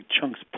chunks